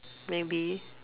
maybe